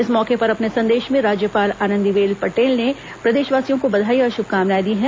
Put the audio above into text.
इस मौके पर अपने संदेश में राज्यपाल आनंदीबेन पटेल ने प्रदेषवासियों को बधाई और शुभकामनाएं दी हैं